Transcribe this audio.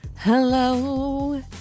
hello